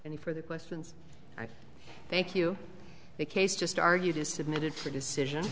any for the questions i thank you the case just argued is submitted for decision